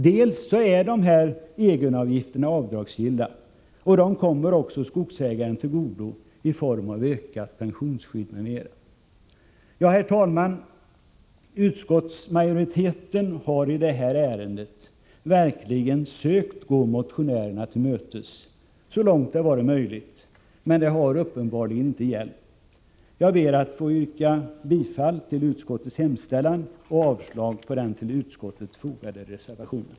Dels är egenavgifterna avdragsgilla, dels kommer de skogsägarna till godo i form av ökat pensionsskydd m.m. Herr talman! Utskottsmajoriteten har i detta ärende verkligen sökt gå motionärerna till mötes, så långt det varit möjligt. Men det har uppenbarligen inte hjälpt. Jag ber att få yrka bifall till utskottets hemställan och avslag på den till betänkandet fogade reservationen.